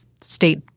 state